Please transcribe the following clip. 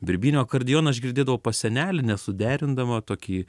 birbyne o akordeoną aš girdėdavau pas senelį nesuderindamą tokį